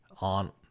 On